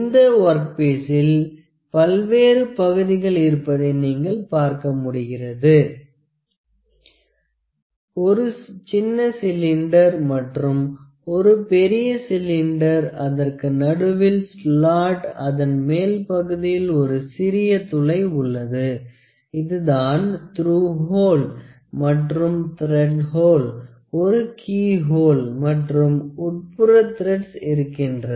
இந்த ஒர்க் பீசில் பல்வேறு பகுதிகள் இருப்பதை நீங்கள் பார்க்க முடிகிறது ஒரு சின்ன சிலிண்டர் மற்றும் ஒரு பெரிய சிலிண்டர் அதற்கு நடுவில் ஸ்லாட் அதன் மேல் பகுதியில் ஒரு சிறிய துளை உள்ளது இதுதான் துருவ் ஹோல் மற்றும் திரேட் ஹோல் ஒரு கீய் ஹோல் மற்றும் உட்புற த்ரட்ஸ் இருக்கின்றது